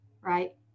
right